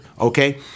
okay